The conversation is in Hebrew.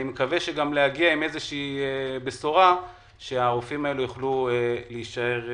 אני מקווה להגיע עם איזושהי בשורה שהרופאים האלה יוכלו להישאר בצפון.